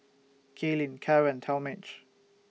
Kailyn Cara and Talmage